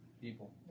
people